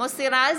מוסי רז,